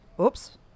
Oops